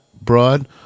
broad